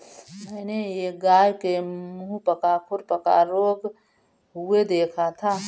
मैंने एक गाय के मुहपका खुरपका रोग हुए देखा था